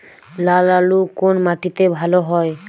লাল আলু কোন মাটিতে ভালো হয়?